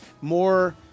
more